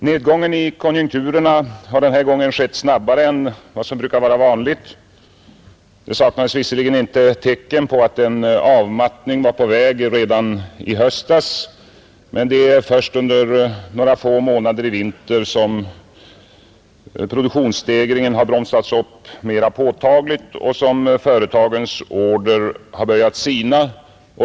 Herr talman! Nedgången i konjunkturerna har den här gången skett snabbare än vad som brukar vara vanligt. Det saknades visserligen inte redan i höstas tecken på att en avmattning var på väg, men det var först under några få månader i vinter som produktionsstegringen bromsades upp mer påtagligt och företagens order började sina.